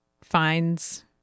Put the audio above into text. finds